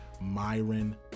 Myron